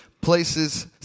places